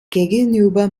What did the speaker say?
gegenüber